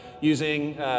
using